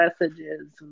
messages